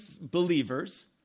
believers